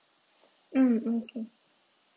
mm okay